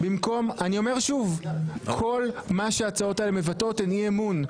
אני אומר שוב: כל מה שההצעות האלה מבטאות הוא אי-אמון.